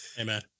Amen